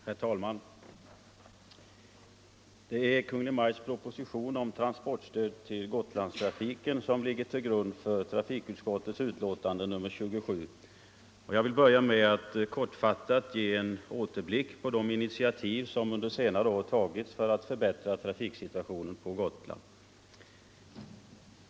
Herr talman! Det är Kungl. Maj:ts proposition om transportstöd till Gotlandstrafiken som ligger till grund för trafikutskottets betänkande nr 27. Jag vill börja med att kortfattat ge en återblick på de initiativ som under senare år tagits för att förbättra trafiksituationen på Gotland.